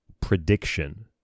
prediction